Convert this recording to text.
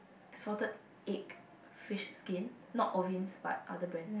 salted egg fish skin not Irvin's but other brands